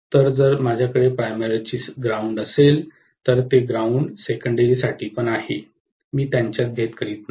तर जर माझ्याकडे प्राइमरीचे ग्राउंड असेल तर ते ग्राउंड सेकंडेरी साठी पण आहे मी त्यांच्यात भेद करीत नाही